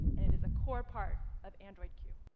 and it is a core part of android q.